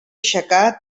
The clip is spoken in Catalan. aixecar